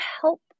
help